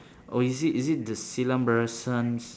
oh is he is he the silambarasan's